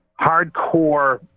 hardcore